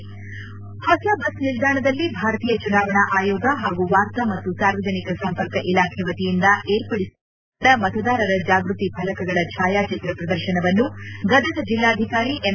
UNI ಹೊಸ bus ನಿಲ್ದಾಣದಲ್ಲಿ ಭಾರತೀಯ ಚುನಾವಣಾ ಆಯೋಗ ಹಾಗೂ ವಾರ್ತಾ ಮತ್ತು ಸಾರ್ವಜನಿಕ ಸಂಪರ್ಕ ಇಲಾಖೆ ವತಿಯಿಂದ ಏರ್ಪಡಿಸಿರುವ ಮೂರು ದಿನಗಳ ಮತದಾರರ ಜಾಗೃತಿ ಫಲಕಗಳ ಛಾಯಾಚಿತ್ರ ಪ್ರದರ್ಶನವನ್ನು ಗದಗ ಜಿಲ್ಲಾಧಿಕಾರಿ ಎಂ